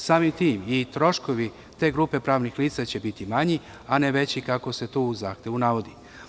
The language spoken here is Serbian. Samim tim i troškovi te grupe pravnih lica će biti manji, a ne veći, kako se to u zahtevu navodi.